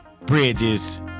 Bridges